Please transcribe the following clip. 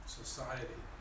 society